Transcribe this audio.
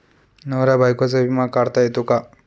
नवरा बायकोचा विमा काढता येतो का?